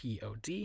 pod